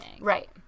right